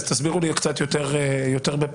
אז תסבירו לי קצת יותר בבהירות.